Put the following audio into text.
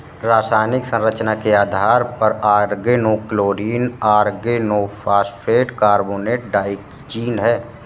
रासायनिक संरचना के आधार पर ऑर्गेनोक्लोरीन ऑर्गेनोफॉस्फेट कार्बोनेट ट्राइजीन है